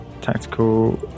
tactical